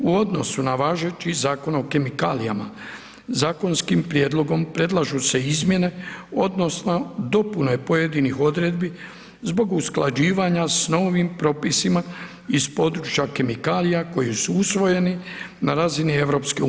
U odnosu na važeći Zakon o kemikalijama, zakonskim prijedlogom predlažu se izmjene odnosno dopune pojedinih odredbi zbog usklađivanja s novim propisima iz područja kemikalija koji su usvojeni na razini EU.